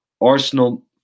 Arsenal